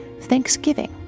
Thanksgiving